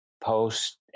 post